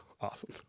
awesome